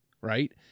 right